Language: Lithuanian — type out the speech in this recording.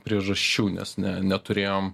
priežasčių nes ne neturėjom